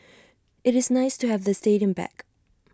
IT is nice to have the stadium back